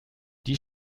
die